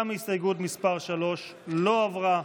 גם הסתייגות מס' 3 לא עברה.